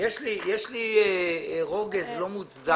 יש לי רוגז לא מוצדק.